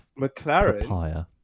McLaren